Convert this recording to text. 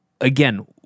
again